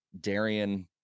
Darian